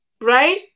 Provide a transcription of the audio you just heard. right